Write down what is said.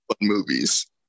movies